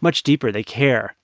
much deeper. they care,